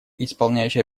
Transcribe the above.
исполняющий